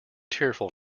tearful